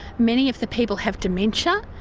many of the people have dementia.